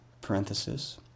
parenthesis